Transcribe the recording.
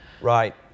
Right